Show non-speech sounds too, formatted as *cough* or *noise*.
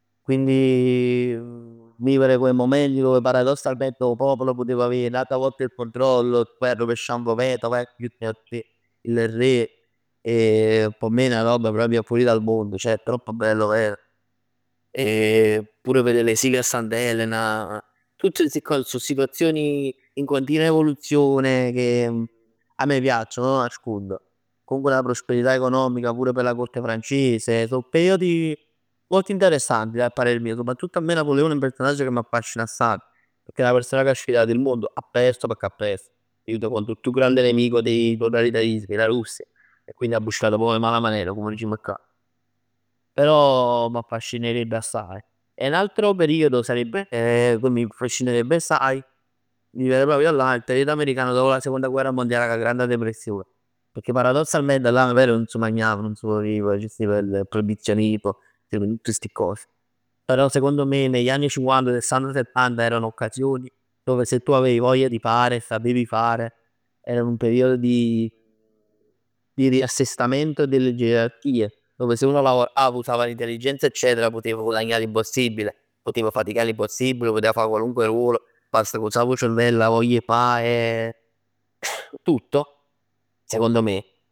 Quindi vivere quei momenti dove paradossalmente 'o popolo putev avè nata vota il controllo, vai a rovescià un governo, vai a *unintelligible* il re. P' me una roba proprio fuori dal mondo, ceh, è troppo bello 'o ver. *hesitation* E pure verè l'esilio a Sant'Elena, tutt sti cos, so situazioni in continua evoluzione, che a me piacciono non lo nascondo. Comunque una prosperità economica, pure per la corte francese. So periodi molto interessanti dal parere mio. Soprattutto a me Napoleone è un persionaggio che mi affascina assaj. Pecchè è 'na persona che ha sfidato il mondo. Ha perso, pecchè ha perso. È jut contro il più grande dei totalitarismi, la Russia e quindi ha abbuscat proprj 'e mala maner comm dicimm cà. Però mi affascinerebbe assaj. E un altro periodo sarebbe, che mi affascinerebbe assai, mi viene proprio da là, il periodo americano dopo la Seconda Guerra Mondiale, cu 'a Grande Depressione. Pecchè paradossalmente là over nun s' magnav, nun s' vivev, c' stev il proibizionismo, c' stev tutt sti cos. Però secondo me negli anni cinquanta sessanta, settanta erano occasioni dove se tu avevi voglia di fare e sapevi fare, era un periodo di riassestamento delle gerarchie, dove se uno lavorava, usava l'intelligenza eccetera, poteva guadagnà l'impossibile. Putev faticà l'impossibile, putev fa qualunque ruolo, bast che usav 'o cervell e avoglia 'e fa e *noise* tutto secondo me.